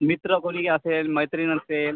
मित्र कोणी असेल मैत्रीण असेल